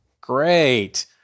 Great